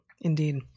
indeed